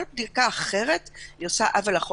כל בדיקה אחרת, עושה עוול לחוק.